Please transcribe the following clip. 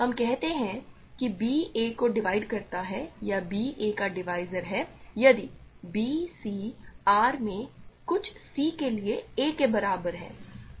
हम कहते हैं कि b a को डिवाइड करता है या b a का डिवीज़र है यदि b c R में कुछ c के लिए a के बराबर है